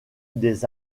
des